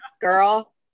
girl